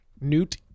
Newt